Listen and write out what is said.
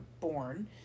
born